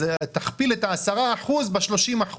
אז תכפיל את ה-10% ב-30%